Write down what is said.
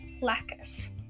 lacus